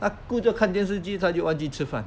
他顾着看电视剧他就忘记吃饭